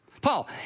Paul